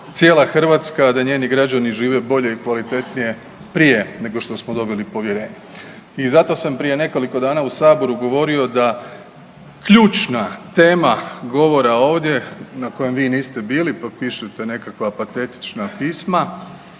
da bude cijela Hrvatska a da njeni građani žive bolje i kvalitetnije, prije nego što smo dobili povjerenje i zato sam prije nekoliko dana u Saboru govorio da ključna tema govora ovdje na kojem vi niste bili, pa pišete nekakva patetična pisma,